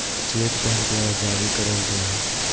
cheque bank द्वारा जारी करल जाय हय